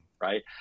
right